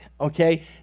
okay